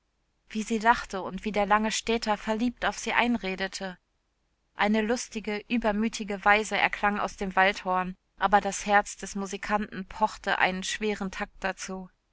wie sie lachte und wie der lange städter verliebt auf sie einredete eine lustige übermütige weise erklang aus dem waldhorn aber das herz des musikanten pochte einen schweren takt dazu